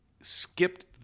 skipped